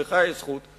לך יש זכות,